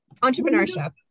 Entrepreneurship